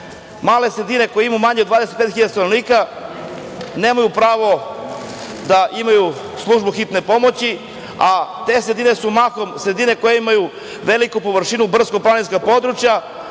Male sredine koje imaju manje od 25 hiljada stanovnika nemaju pravo da imaju službu hitne pomoći, a te sredine su mahom sredine koje imaju veliku površinu brdsko-planinskih područja.